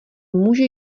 může